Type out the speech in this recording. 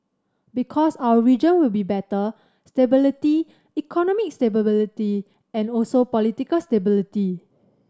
because our region will be better stability economic stability and also political stability